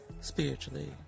spiritually